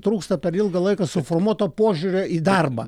trūksta per ilgą laiką suformuoto požiūrio į darbą